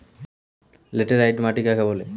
Laterite মাটি কাকে বলে?